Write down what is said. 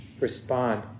respond